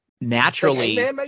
naturally